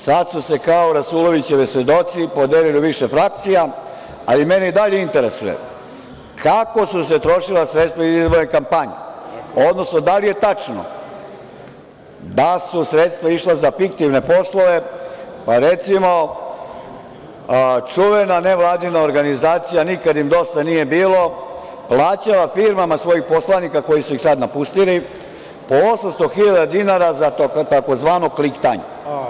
Sad su se kao „rasulovićevi“ svedoci podelili u više frakcija, ali mene i dalje interesuje kako su se trošila sredstva iz izborne kampanje, odnosno da li je tačno da su sredstva išla za fiktivne poslove, pa, recimo, čuvena nevladina organizacija „nikad im dosta nije bilo“ plaćala firmama svojih poslanika, koji su ih sad napustili, po 800.000 dinara za tzv. kliktanje?